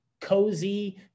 cozy